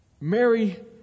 Mary